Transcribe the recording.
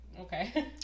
okay